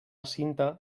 cinta